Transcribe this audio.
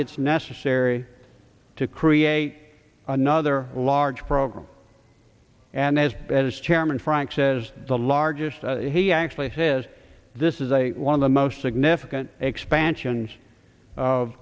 it's necessary to create another large program and as bad as chairman frank says the largest he actually says this is a one of the most significant expansion